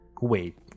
wait